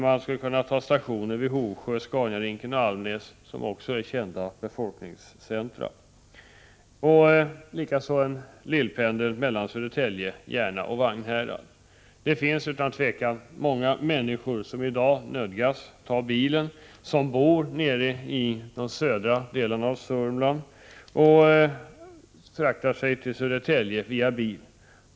Man skulle kunna ha stationer vid Hovsjö, Scaniarinken och Almnäs, som också är kända befolkningscentra. Likaså behövs en lillpendel mellan Södertälje, Järna och Vagnhärad. Det finns utan tvivel många människor som bor nere i de södra delarna av Sörmland som i dag nödgas ta bilen till Södertälje.